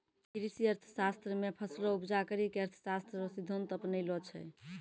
कृषि अर्थशास्त्र मे फसलो उपजा करी के अर्थशास्त्र रो सिद्धान्त अपनैलो छै